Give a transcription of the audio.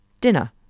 dinner